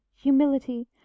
humility